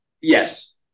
Yes